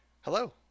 Hello